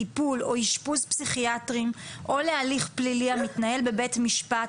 טיפול או אשפוז פסיכיאטרי או להליך פלילי המתנהל בבית משפט,